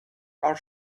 are